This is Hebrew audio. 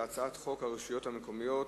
להצעת חוק הרשויות המקומיות